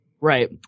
Right